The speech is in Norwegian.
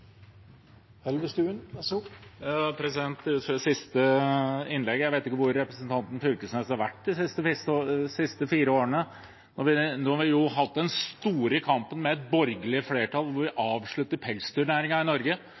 det siste innlegget: Jeg vet ikke hvor representanten Knag Fylkesnes har vært de siste fire årene. Nå har vi jo hatt den store kampen, med et borgerlig flertall, hvor vi avslutter pelsdyrnæringen i Norge.